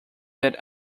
that